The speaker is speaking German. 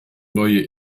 neue